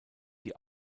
die